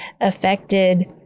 affected